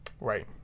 Right